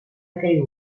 aquell